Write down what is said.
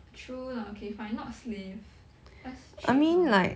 true lah okay fine not slave just cheap lah